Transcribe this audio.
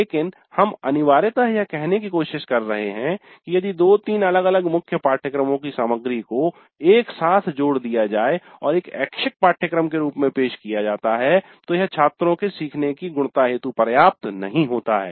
लेकिन हम अनिवार्यतः यह कहने की कोशिश कर रहे हैं कि यदि 2 3 अलग अलग मुख्य पाठ्यक्रमों की सामग्री को एक साथ जोड़ दिया जाए और एक ऐच्छिक पाठ्यक्रम के रूप में पेश किया जाता है तो यह छात्रों के सीखने की गुणता हेतु पर्याप्त नहीं होता है